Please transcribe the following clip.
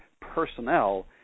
personnel